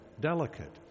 delicate